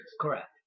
Correct